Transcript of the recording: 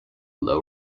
low